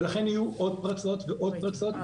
ולכן יהיו עוד פרצות ועוד פרצות.